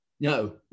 No